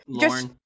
just-